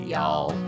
Y'all